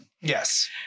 Yes